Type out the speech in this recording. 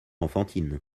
enfantine